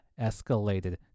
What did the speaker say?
escalated